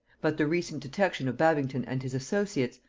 but the recent detection of babington and his associates,